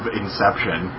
inception